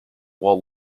while